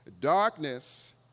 Darkness